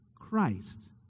Christ